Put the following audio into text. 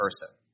person